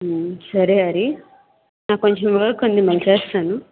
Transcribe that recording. సరే హరి నాకు కొంచెం వర్క్ ఉంది మళ్ళీ చేస్తాను